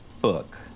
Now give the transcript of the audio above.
book